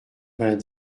vingt